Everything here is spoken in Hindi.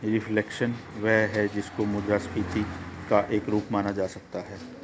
रिफ्लेशन वह है जिसको मुद्रास्फीति का एक रूप माना जा सकता है